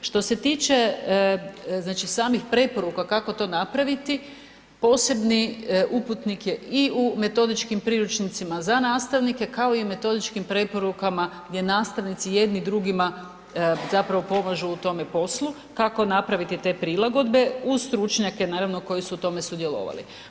Što se tiče znači samih preporuka kako to napraviti, posebni uputnik je i u metodičkim priručnicima za nastavnike, kao i metodičkim preporukama gdje nastavnici jedni drugima zapravo pomažu u tome poslu, kako napraviti te prilagodbe uz stručnjake naravno koji su u tome sudjelovali.